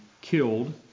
killed